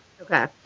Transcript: Okay